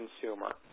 consumer